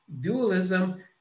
dualism